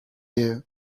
you